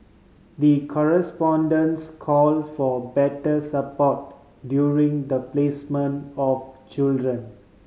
the call for better support during the placement of children